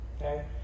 Okay